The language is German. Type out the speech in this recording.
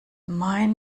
mein